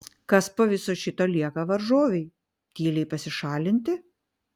kas po viso šito lieka varžovei tyliai pasišalinti